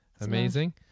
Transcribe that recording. Amazing